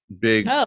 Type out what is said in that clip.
big